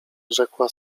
rzekła